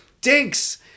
dinks